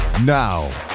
Now